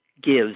gives